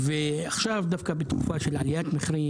ועכשיו אנחנו בתקופה של עליית מחירים,